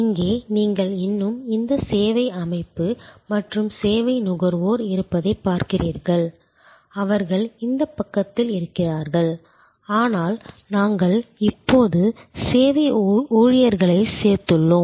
இங்கே நீங்கள் இன்னும் இந்த சேவை அமைப்பு மற்றும் சேவை நுகர்வோர் இருப்பதைப் பார்க்கிறீர்கள் அவர்கள் இந்தப் பக்கத்தில் இருக்கிறார்கள் ஆனால் நாங்கள் இப்போது சேவை ஊழியர்களைச் சேர்த்துள்ளோம்